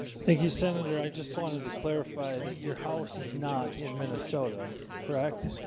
thank you senator. i just wanted to clarify that your house is not in, minnesota correct